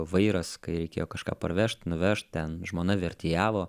vairas kai reikėjo kažką parvežt nuveš ten žmona vertėjavo